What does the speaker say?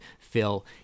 Phil